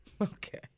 Okay